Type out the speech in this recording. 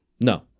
No